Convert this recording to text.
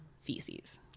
feces